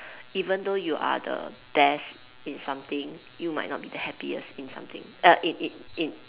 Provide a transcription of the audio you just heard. even though you are the best in something you might not be the happiest in something uh in in in